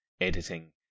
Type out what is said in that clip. editing